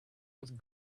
with